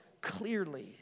clearly